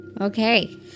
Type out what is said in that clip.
Okay